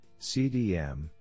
CDM